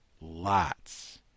lots